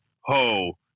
ho